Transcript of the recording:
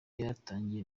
yatangiye